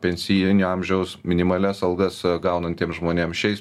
pensijinio amžiaus minimalias algas gaunantiem žmonėms šiais